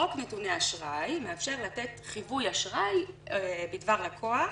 חוק נתוני אשראי מאפשר לתת חיווי אשראי בדבר לקוח,